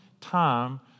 time